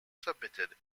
submitted